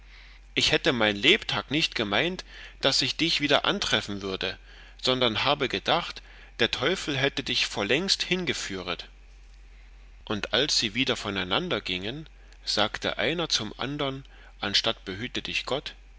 ich hätte mein lebtag nicht gemeint daß ich dich wieder antreffen würde sondern habe gedacht der teufel hätte dich vorlängst hingeführet und als sie wieder voneinander giengen sagte einer zum andern anstatt behüte dich gott